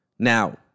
Now